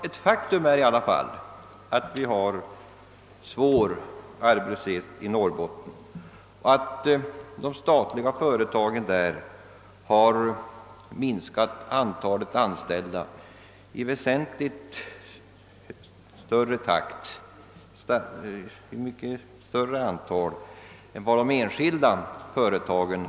Ett faktum är att vi har svår arbetslöshet i Norrbotten och att de statliga företagen där har minskat antalet anställda väsentligt mycket mer än de enskilda företagen.